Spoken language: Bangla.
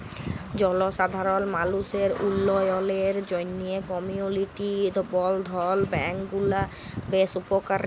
জলসাধারল মালুসের উল্ল্যয়লের জ্যনহে কমিউলিটি বলধ্ল ব্যাংক গুলা বেশ উপকারী